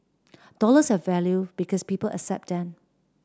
dollars have value because people accept them